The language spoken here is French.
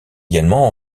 également